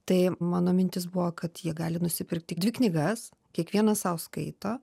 tai mano mintis buvo kad jie gali nusipirkti dvi knygas kiekvienas sau skaito